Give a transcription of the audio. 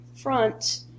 front